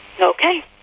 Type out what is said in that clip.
Okay